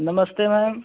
नमस्ते मैम